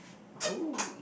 oh